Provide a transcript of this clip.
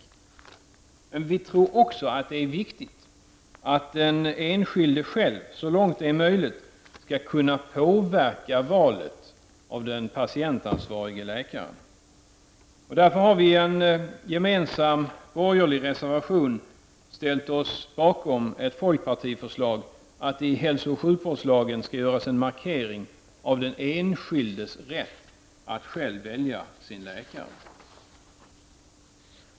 Men vi tror också att det är viktigt att den enskilde själv, så långt det är möjligt, kan påverka valet av den patientansvarige läkaren. Därför har vi i en gemensam borgerlig reservation ställt oss bakom ett folkpartiförslag om att det i hälsooch sjukvårdslagen skall göras en markering av den enskildes rätt att själv välja sin läkare.